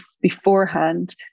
beforehand